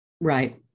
right